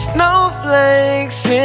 Snowflakes